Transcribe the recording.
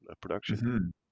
production